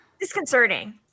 Disconcerting